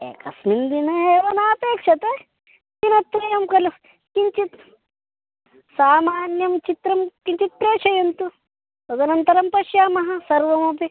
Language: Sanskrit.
एकस्मिन् दिने एव नापेक्षते दिनत्रयं खलु किञ्चित् सामान्यं चित्रं किञ्चित् प्रेषयन्तु दतनन्तरं पश्यामः सर्वमपि